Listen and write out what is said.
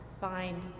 find